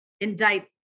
indict